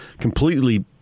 completely